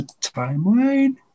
Timeline